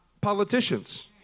politicians